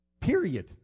period